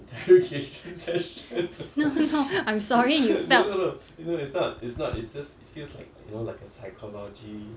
no no I'm sorry you felt